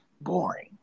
boring